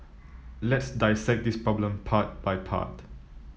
let's dissect this problem part by part